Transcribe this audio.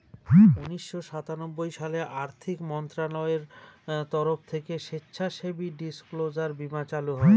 উনিশশো সাতানব্বই সালে আর্থিক মন্ত্রণালয়ের তরফ থেকে স্বেচ্ছাসেবী ডিসক্লোজার বীমা চালু হয়